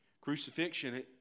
Crucifixion